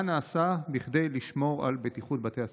מה נעשה כדי לשמור על בטיחות בתי הספר?